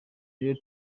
royal